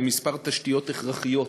כמה תשתיות הכרחיות